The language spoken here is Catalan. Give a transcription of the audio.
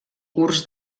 curs